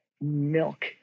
milk